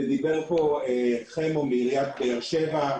דיבר פה חמו מעיריית באר שבע.